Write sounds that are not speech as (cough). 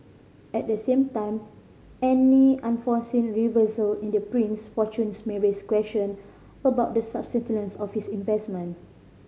at the same time any unforeseen reversal in the prince fortunes may raise question about the (unintelligible) of his investment